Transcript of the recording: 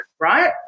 right